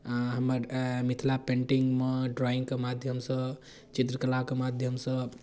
हमर मिथिला पेन्टिङ्ग ड्राइङ्गके माध्यमसँ चित्रकलाके माध्यमसँ